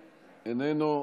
איננו,